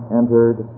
entered